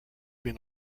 been